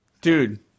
Dude